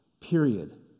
period